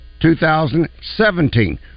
2017